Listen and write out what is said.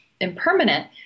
impermanent